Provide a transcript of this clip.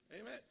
Amen